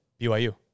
BYU